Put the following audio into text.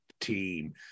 team